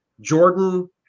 Jordan